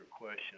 question